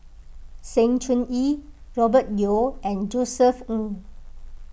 Sng Choon Yee Robert Yeo and Josef Ng